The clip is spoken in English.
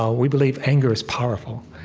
ah we believe anger is powerful.